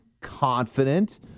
confident